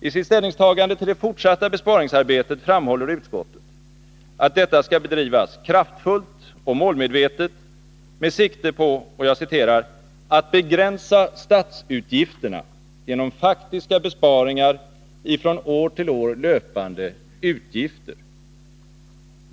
I sitt ställningstagande till det fortsatta besparingsarbetet framhål ler utskottet, att detta skall bedrivas kraftfullt och målmedvetet med sikte på ”att begränsa statsutgifterna genom faktiska besparingar i från år till år löpande utgifter.